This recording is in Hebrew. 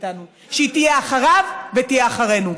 מאיתנו שהיא תהיה אחריו ותהיה אחרינו.